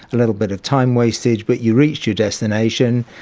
a little bit of time wasted but you reached your destination,